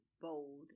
bold